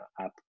app